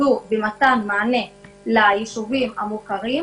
התמקדו במתן מענה לישובים המוכרים,